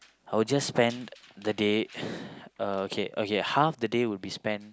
I will just spend the day okay okay half the day will be spent